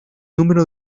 número